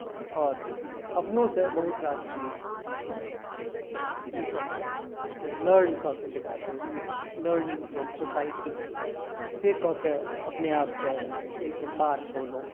आओर अपनोसँ बहुत रास चीज अऽ ई कहके मतलब लर्न कऽके जकरा कहै छै लर्निंग फ्रॉम सोसाइटी से कए के अपने आपके ओइसँ पार पौलहुँ